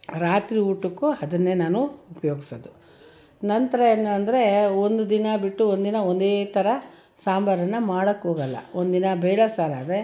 ರಾತ್ರಿ ಊಟಕ್ಕೂ ಅದನ್ನೇ ನಾನು ಉಪಯೋಗ್ಸೋದು ನಂತರ ಏನು ಅಂದರೆ ಒಂದು ದಿನ ಬಿಟ್ಟು ಒಂದಿನ ಒಂದೇ ಥರ ಸಾಂಬಾರನ್ನು ಮಾಡೋಕೆ ಹೋಗೋಲ್ಲ ಒಂದಿನ ಬೇಳೆ ಸಾರಾದರೆ